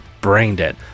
Braindead